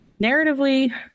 Narratively